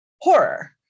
horror